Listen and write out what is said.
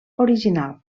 original